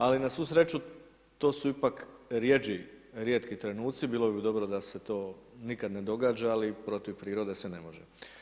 Ali na svu sreću to si ipak rjeđi, rijetki trenuci, bilo bi dobro da se to nikada ne događa, ali protiv prirode se ne može.